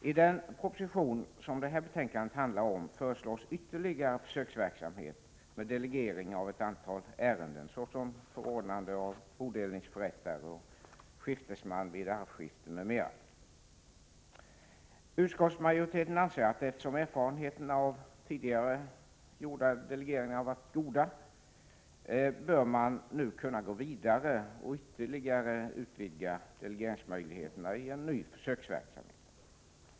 I den proposition som det här betänkandet handlar om föreslås ytterligare försöksverksamhet med delegering av ett antal ärenden, såsom förordnande av bodelningsförrättare, skiftesman vid arvsskifte m.m. Utskottsmajoriteten anser att man, eftersom erfarenheterna av tidigare gjorda delegeringar har varit goda, nu bör kunna gå vidare och ytterligare utvidga delegeringsmöjligheterna i en ny försöksverksamhet.